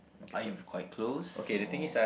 are you quite close or